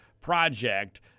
project